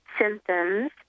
symptoms